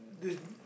this